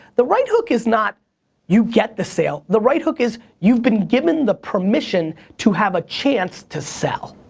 the right hook is not you get the sale. the right hook is you've been given the permission to have a chance to sell.